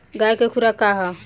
गाय के खुराक का होखे?